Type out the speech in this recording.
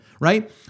Right